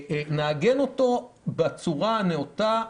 ונעגן אותו בצורה הנאותה,